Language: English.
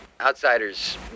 Outsiders